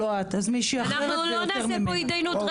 לא נעשה פה התדיינות.